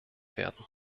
werden